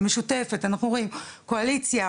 הרשימה המשותפת ואנחנו יכולים לראות פה קואליציה,